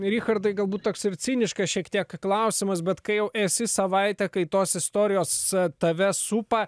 richardai galbūt toks ir ciniškas šiek tiek klausimas bet kai jau esi savaitę kai tos istorijos tave supa